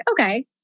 okay